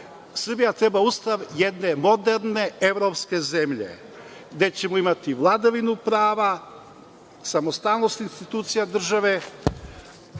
Srbija treba Ustav jedne moderne evropske zemlje, gde ćemo imati vladavinu prava, samostalnost institucija države,